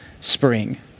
spring